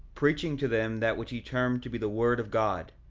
preaching to them that which he termed to be the word of god,